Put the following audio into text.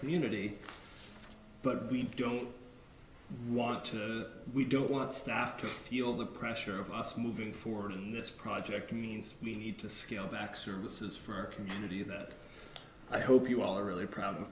community but we don't want to that we don't want staff to feel the pressure of us moving forward in this project means we need to scale back services for community that i hope you all are really proud of